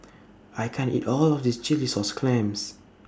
I can't eat All of This Chilli Sauce Clams